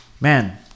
Man